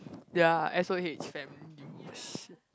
ya S_O_H some linguist shit